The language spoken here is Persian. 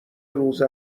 روز